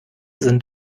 sind